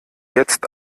jetzt